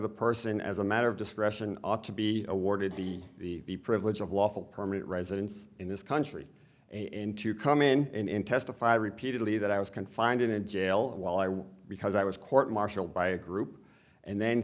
the person as a matter of discretion ought to be awarded the privilege of lawful permanent residence in this country and to come in and testify repeatedly that i was confined in a jail while i was because i was court martialed by a group and then